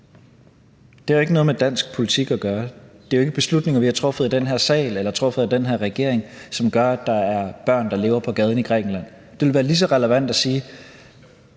Det har ikke noget med dansk politik at gøre. Det er jo ikke nogen beslutninger, der er truffet i den her sal eller af den her regering, som gør, at der er børn, der lever på gaden i Grækenland. Det ville være lige så relevant at sige: